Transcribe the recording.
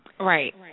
Right